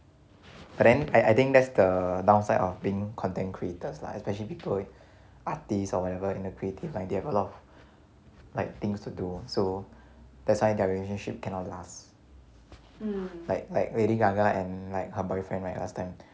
but then I I think that's the downside of being content creators lah especially people artist or whatever in the creative line they have a lot of like things to do so that's why their relationship cannot last like like lady gaga and like her boyfriend right last time